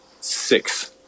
Six